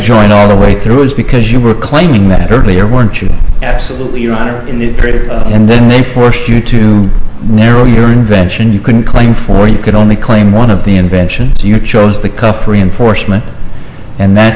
join all the way through is because you were claiming that earlier weren't you absolutely your honor and then they forced you to narrow your invention you couldn't claim for you could only claim one of the invention your chose the cuff reinforcement and that